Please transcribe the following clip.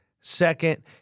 Second